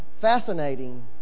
fascinating